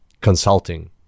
consulting